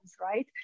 right